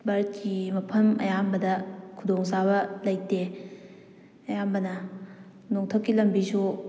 ꯚꯥꯔꯠꯀꯤ ꯃꯐꯝ ꯑꯌꯥꯝꯕꯗ ꯈꯨꯗꯣꯡ ꯆꯥꯕ ꯂꯩꯇꯦ ꯑꯌꯥꯝꯕꯅ ꯅꯣꯡꯊꯛꯀꯤ ꯂꯝꯕꯤꯁꯨ